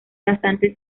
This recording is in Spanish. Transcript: bastante